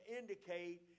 indicate